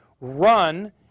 run